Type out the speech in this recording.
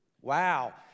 Wow